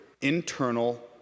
internal